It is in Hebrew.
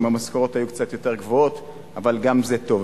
אם המשכורות היו קצת יותר גבוהות אבל גם זה טוב,